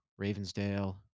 Ravensdale